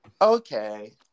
Okay